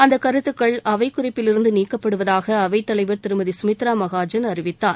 அந்த கருத்துக்கள் அவை குறிப்பிலிருந்து நீக்கப்படுவதாக அவைத்தலைவர் திருமதி சுமித்ரா மகாஜன் அறிவித்தார்